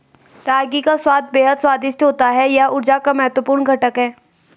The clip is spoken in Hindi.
रागी का स्वाद बेहद स्वादिष्ट होता है यह ऊर्जा का महत्वपूर्ण घटक है